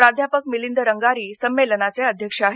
प्राध्यापक मिलिंद रंगारी संमेलनाचे अध्यक्ष आहेत